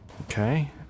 Okay